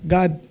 God